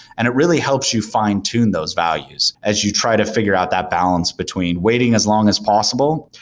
and it really helps you fine tune those values as you try to figure out that balance between waiting as long as possible.